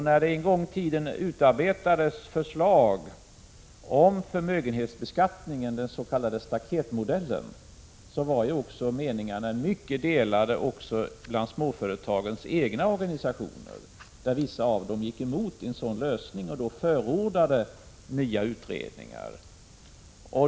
När det en gång i tiden utarbetades förslag om förmögenhetsbeskattningen, den s.k. staketmodellen, var meningarna mycket delade också bland småföretagens egna organisationer. Vissa av dem gick emot en sådan lösning och förordade nya utredningar.